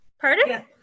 Pardon